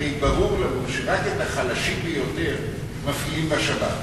הרי ברור לנו שרק את החלשים ביותר מפעילים בשבת,